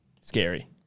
scary